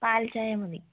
പാൽച്ചായ മതി